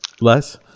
Less